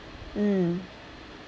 mm